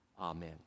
Amen